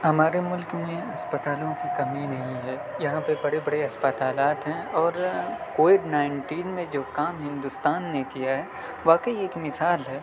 ہمارے ملک میں اسپتالوں کی کمی نہیں ہے یہاں پہ بڑے بڑے اسپتالات ہیں اور کووڈ نائنٹین میں جو کام ہندوستان نے کیا ہے واقعی ایک مثال ہے